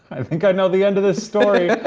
i think i know the end of this story.